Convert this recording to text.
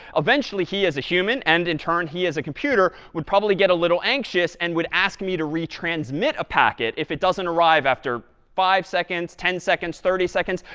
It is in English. eventually, he as a human, and in turn, he as a computer, would probably get a little anxious and would ask me to retransmit a packet if it doesn't arrive after five seconds, ten seconds, thirty seconds.